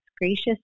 gracious